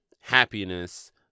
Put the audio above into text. happiness